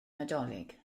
nadolig